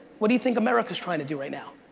what do you think america's trying to do right now?